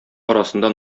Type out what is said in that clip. арасында